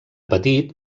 petit